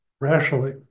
rationally